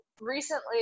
recently